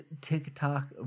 TikTok